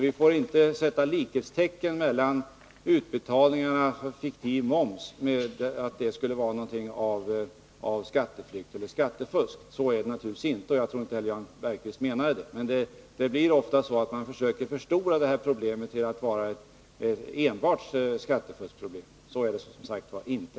Vi får inte sätta likhetstecken mellan utbetalningarna för fiktiv moms och skattefusk eller skatteflykt— så är det naturligtvis inte. Och jag tror inte heller att Jan Bergqvist menar det. Men det blir ofta så att man försöker förstora problemet till att vara enbart ett skattefuskproblem. Det är det inte.